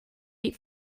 eat